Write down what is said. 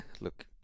look